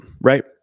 right